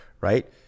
Right